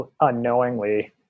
unknowingly